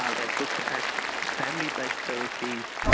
ah they've looked at family based therapies,